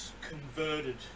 converted